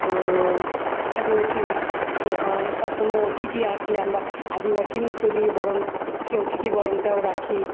তো আদিবাসী নৃত্য হয় বা কোনো অতিথি আসলে আমরা আদিবাসী নৃত্য দিয়ে বরণ সে অতিথি বরণটাও রাখি